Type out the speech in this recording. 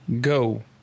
go